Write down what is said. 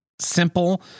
simple